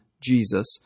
Jesus